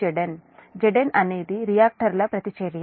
Zn అనేది రియాక్టర్ల ప్రతిచర్య